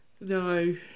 No